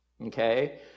okay